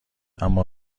اما